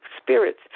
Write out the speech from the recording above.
spirits